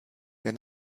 der